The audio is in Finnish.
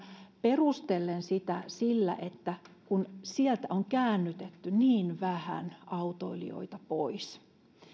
perustellen sitä sillä että sieltä on käännytetty niin vähän autoilijoita pois